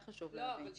חשוב להבין את זה.